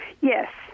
Yes